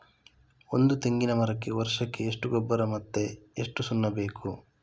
ಒಂದು ತೆಂಗಿನ ಮರಕ್ಕೆ ವರ್ಷಕ್ಕೆ ಎಷ್ಟು ಗೊಬ್ಬರ ಮತ್ತೆ ಎಷ್ಟು ಸುಣ್ಣ ಬೇಕು?